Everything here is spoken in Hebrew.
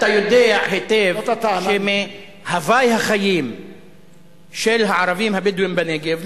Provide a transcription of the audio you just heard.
אתה יודע היטב שהווי החיים של הערבים הבדואים בנגב,